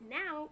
now